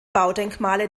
baudenkmale